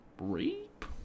rape